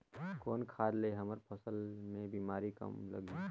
कौन खाद ले हमर फसल मे बीमारी कम लगही?